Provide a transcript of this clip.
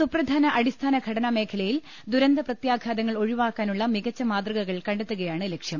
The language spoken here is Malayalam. സുപ്രധാന അടിസ്ഥാന ഘടനാ മേഖലയിൽ ദുരന്ത പ്രത്യാഘാതങ്ങൾ ഒഴിവാക്കാനുള്ള മികച്ച മാതൃകകൾ കണ്ടെത്തുകയാണ് ലക്ഷ്യം